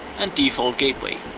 and default gateway.